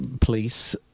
police